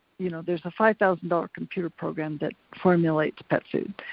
you know, there's a five thousand dollars computer program that formulates pet food.